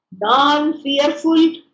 non-fearful